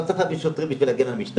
לא צריך להביא שוטרים בשביל להגן על המשטרה.